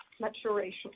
maturation